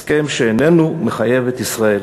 הסכם שאיננו מחייב את ישראל.